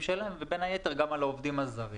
שלהם ובין היתר גם על העובדים הזרים.